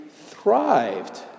thrived